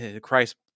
christ